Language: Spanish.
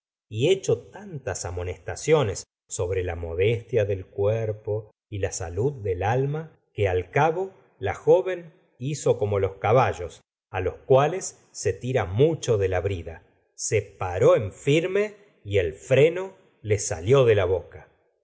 y hecho tantas amonestaciones sobre la modestia del cuerpo y la salud del alma que al cabo la joven hizo como los caballos los cuales se tira mucho de la brida se paró en firme y el freno le salió de la boca